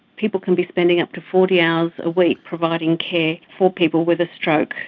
people can be spending up to forty hours a week providing care for people with a stroke.